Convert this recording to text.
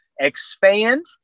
expand